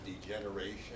degeneration